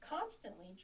constantly